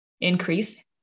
increase